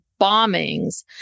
bombings